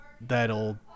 that'll